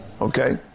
Okay